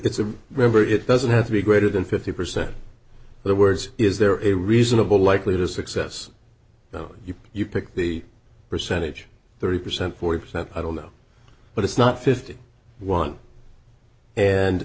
's a river it doesn't have to be greater than fifty percent of the words is there a reasonable likely to success you you pick the percentage thirty percent forty percent i don't know but it's not fifty one and